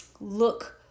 look